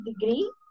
degree